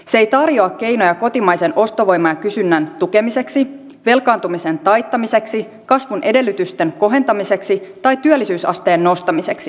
se ei tarjoa keinoja kotimaisen ostovoiman ja kysynnän tukemiseksi velkaantumisen taittamiseksi kasvun edellytysten kohentamiseksi tai työllisyysasteen nostamiseksi